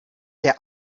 der